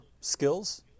skills